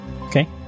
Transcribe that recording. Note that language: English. Okay